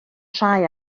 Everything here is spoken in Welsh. rhai